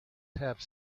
have